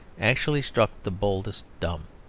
actually struck the boldest dumb!